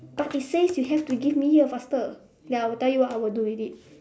but it says you have to give me here faster then I will tell you what I would do with it